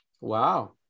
Wow